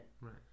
Right